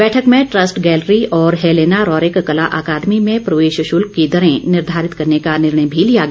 बैठक में trust gallery और हेलेना रौरिक कला अकादमी में प्रवेश शुल्क की दरें निर्धारित करने का निर्णय भी लिया गया